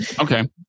okay